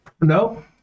No